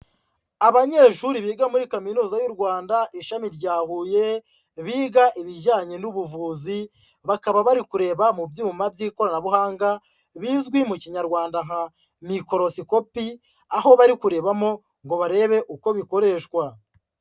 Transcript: Abanyeshuri biga muri Kaminuza y'u Rwanda, ishami rya Huye biga ibijyanye n'ubuvuzi, bakaba bari kureba mu byuma by'ikoranabuhanga bizwi mu Kinyarwanda nka mikorosikopi, aho bari kurebamo ngo barebe uko bikoreshwa.